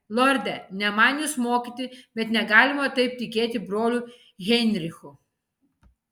lorde ne man jus mokyti bet negalima taip tikėti broliu heinrichu